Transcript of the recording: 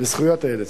לזכויות הילד.